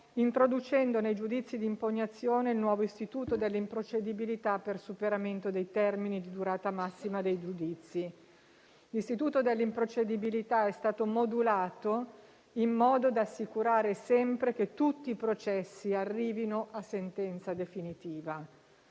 introducendo nei giudizi di impugnazione il nuovo istituto dell'improcedibilità per superamento dei termini di durata massima dei giudizi. L'istituto dell'improcedibilità è stato modulato in modo da assicurare sempre che tutti i processi arrivino a sentenza definitiva.